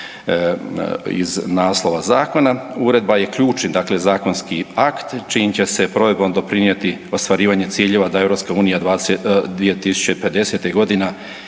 iz naslova zakona. Uredba je ključni zakonski akt čijom će se provedbom doprinijeti ostvarivanje ciljeva da EU 2050.g. ima